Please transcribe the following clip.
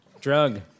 Drug